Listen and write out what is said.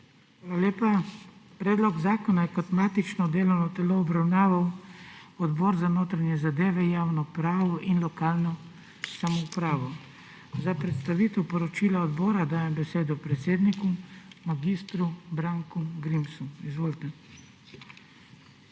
lepa. Predlog zakona je kot matično delovno telo obravnaval Odbor za notranje zadeve, javno upravo in lokalno samoupravo. Za predstavitev poročila odbora dajem besedo predsedniku mag. Branku Grimsu. Izvolite.